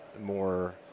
more